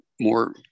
more